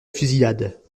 fusillade